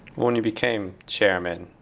when you became chairman,